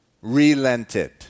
relented